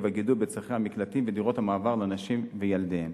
הגידול בצורכי המקלטים ודירות המעבר לנשים וילדיהן.